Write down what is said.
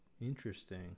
Interesting